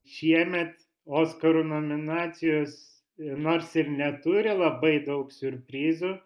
šiemet oskarų nominacijos nors ir neturi labai daug siurprizų